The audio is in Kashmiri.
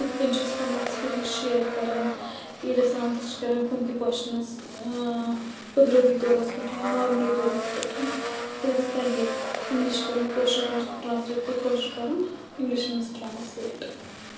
یِتھ کٔنۍ چھِ أسۍ پَنُن اٮ۪کٕسپیٖریَنٕس شِیَر کَران ییٚلہِ أسۍ آنسَر چھِ کَران کُنہِ تہِ کۄچھنَس یا قۄدرٔتی طورَس پٮ۪ٹھ یا نارمٔلی طورَس پٮ۪ٹھ یِتھ کٔنۍ اَسہِ تَگہِ اِنٛگلِش کَرُن کٲشرِس منٛز ٹرٛانٕسلیٹ تہٕ کٲشٕر کَرُن اِنٛگلِش منٛز ٹرٛانٕسلیٹ